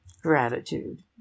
Gratitude